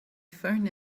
phone